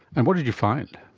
and what did you find?